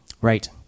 Right